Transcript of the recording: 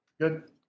Good